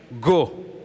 go